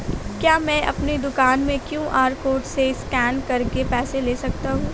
क्या मैं अपनी दुकान में क्यू.आर कोड से स्कैन करके पैसे ले सकता हूँ?